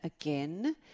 again